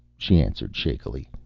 she answered shakily,